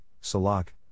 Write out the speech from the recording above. Salak